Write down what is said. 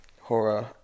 horror